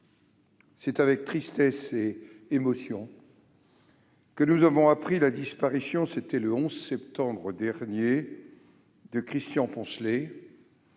c'est avec tristesse et émotion que nous avons appris la disparition, le 11 septembre dernier, de Christian Poncelet,